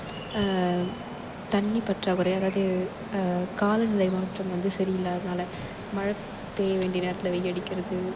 தண்ணி பற்றாக்குறை அதாவது காலநிலை மாற்றம் வந்து சரியில்லாததனால மழை பேய்ய வேண்டிய நேரத்தில் வெய்ல் அடிக்கிறது